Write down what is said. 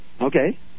Okay